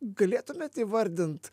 galėtumėt įvardint